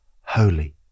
holy